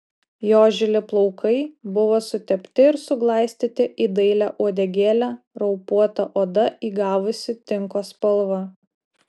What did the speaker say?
jo žili plaukai buvo sutepti ir suglaistyti į dailią uodegėlę raupuota oda įgavusi tinko spalvą